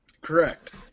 Correct